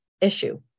issue